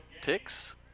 ticks